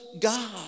God